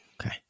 Okay